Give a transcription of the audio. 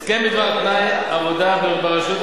הסכם בדבר תנאי העבודה ברשות,